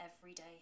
everyday